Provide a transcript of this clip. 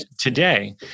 today